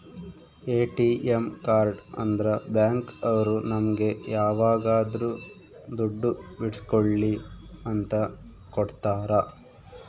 ATM card ಅಂದ್ರ bank ಅವ್ರು ನಮ್ಗೆ ಯಾವಾಗದ್ರು ದುಡ್ಡು ಬಿಡ್ಸ್ಕೊಳಿ ಅಂತ ಕೊಡ್ತಾರ